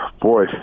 Boy